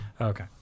Okay